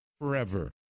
forever